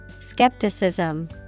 Skepticism